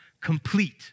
complete